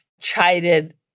chided